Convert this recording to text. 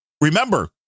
Remember